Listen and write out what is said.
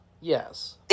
Yes